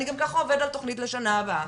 גם ככה אני עובד על תוכנית לשנה הבאה,